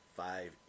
five